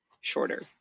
shorter